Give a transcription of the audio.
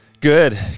Good